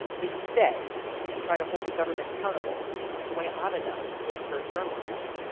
they can stay and try to hold the government accountable the way ana does with her journalism.